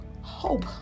hope